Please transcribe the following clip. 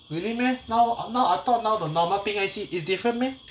really meh now now I thought now the normal pink I_C is different meh